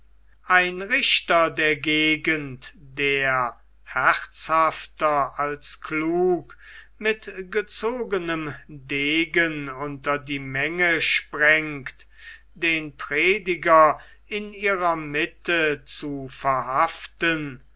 ein richter der gegend der herzhafter als klug mit gezogenem degen unter die menge sprengt den prediger in ihrer mitte zu verhaften